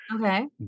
Okay